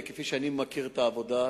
וכפי שאני מכיר את העבודה,